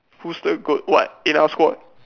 who's the goat what in our squad